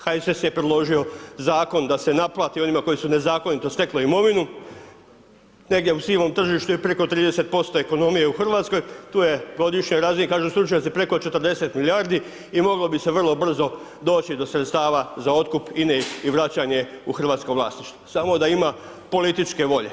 HSS je predložio zakon da se naplati onima koji su nezakonito stekli imovinu, negdje u sivom tržištu je preko 30% ekonomije u RH, tu je na godišnjoj razini, kažu stručnjaci preko 40 milijardi i moglo bi se vrlo brzo doći do sredstava za otkup INA-e i vraćanje u hrvatsko vlasništvo, samo da ima političke volje.